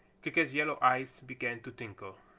creaker's yellow eyes began to twinkle.